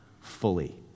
fully